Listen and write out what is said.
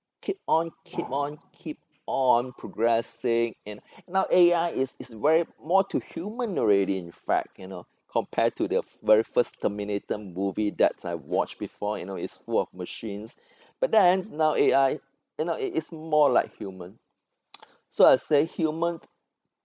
keep on keep on keep on progressing you know now A_I is is very more to human already in fact you know compared to the very first terminator movie that I watch before you know it's full of machines but then now A_I you know it it's more like human so I say humans